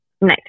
Nice